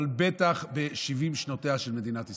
אבל בטח ב-70 שנותיה של מדינת ישראל,